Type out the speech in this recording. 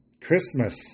Christmas